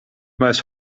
most